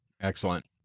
Excellent